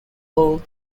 hold